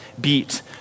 beat